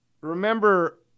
Remember